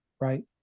right